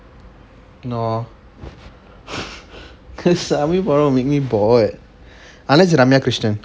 no because Sami படம்:sami padam make me bored unless ramya khrisnan